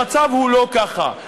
המצב הוא לא ככה.